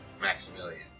Maximilian